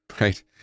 Right